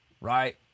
Right